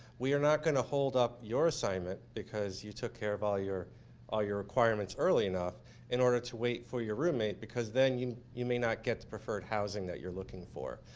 we're not going to hold up your assignment because you took care of all your ah your requirements early enough in order to wait for your roommate because then you you may not get the preferred housing that you're looking for.